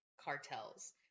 cartels